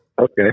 Okay